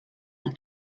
del